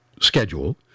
schedule